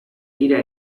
dira